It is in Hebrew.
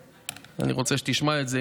אני רוצה שתשמע את זה,